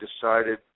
decided